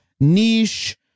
niche